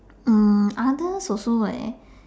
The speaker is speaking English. mm others also leh